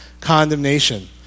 condemnation